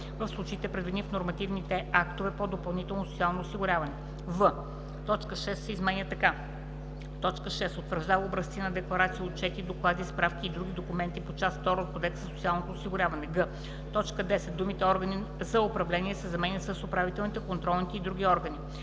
в случаите, предвидени в нормативните актове по допълнително социално осигуряване;” в) точка 6 се изменя така: „6. утвърждава образци на декларации, отчети, доклади, справки и други документи по Част втора от Кодекса за социално осигуряване“; г) в т. 10 думите „органите за управление” се заменят с „управителните, контролните и другите органи”;